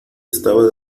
estaba